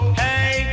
hey